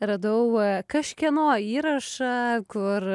radau kažkieno įrašą kur